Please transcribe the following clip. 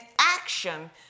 action